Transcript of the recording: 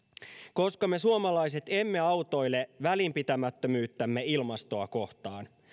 koska me suomalaiset emme autoile välinpitämättömyyttämme ilmastoa kohtaan